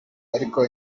ariko